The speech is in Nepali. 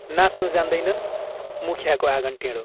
नाच्नु जान्दैनन् मुखियाको आँगन टेढो